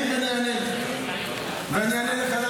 כן, ואני אענה לך.